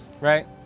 right